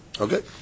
Okay